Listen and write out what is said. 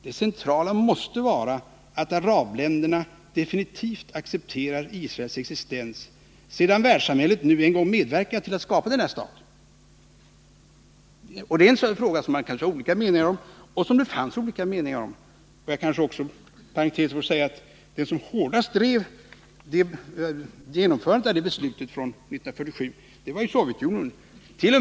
Det centrala måste vara att arabländerna definitivt accepterar Israels existens, sedan världssamhället nu en gång medverkat till att skapa denna stat. Det är en sådan fråga som man kan ha olika meningar om och som det fanns olika meningar om. Jag kanske också inom parentes får säga att den som hårdast drev genomförandet av beslutet från 1957 var Sovjetunionen. T.o.